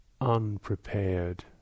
unprepared